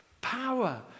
Power